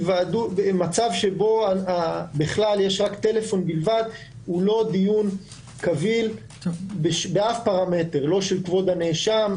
מצב שבו יש רק טלפון הוא לא דיון קביל באף פרמטר לא של כבוד הנאשם,